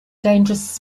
dangerous